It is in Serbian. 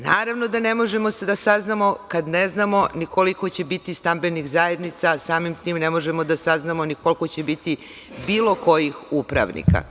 Naravno da ne možemo da saznamo kad ne znamo ni koliko će biti stambenih zajednica, a samim tim ne možemo da saznamo ni koliko će biti bilo kojih upravnika.